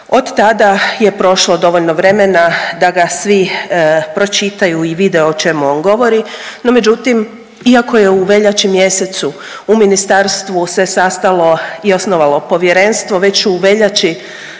Od tada je prošlo dovoljno vremena da ga svi pročitaju i vide o čemu on govori. No, međutim iako je u veljači mjesecu u ministarstvu se sastalo i osnovalo povjerenstvo već u veljači